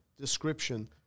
description